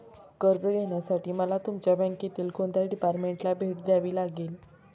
कर्ज घेण्यासाठी मला तुमच्या बँकेतील कोणत्या डिपार्टमेंटला भेट द्यावी लागेल?